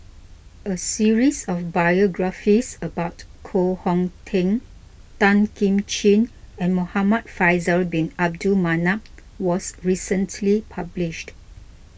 a series of biographies about Koh Hong Teng Tan Kim Ching and Muhamad Faisal Bin Abdul Manap was recently published